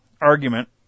argument